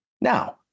Now